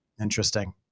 Interesting